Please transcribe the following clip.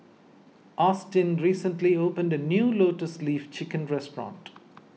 Austyn recently opened a new Lotus Leaf Chicken Restaurant